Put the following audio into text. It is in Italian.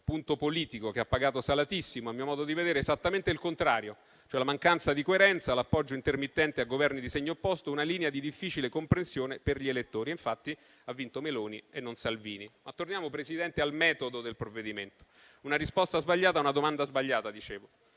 punto politico - che ha pagato salatissimo, a mio modo di vedere, esattamente il contrario, cioè la mancanza di coerenza, l'appoggio intermittente a Governi di segno opposto e una linea di difficile comprensione per gli elettori. Infatti ha vinto Meloni e non Salvini. Ma torniamo, Presidente, al metodo del provvedimento: una risposta sbagliata a una domanda sbagliata, dicevo.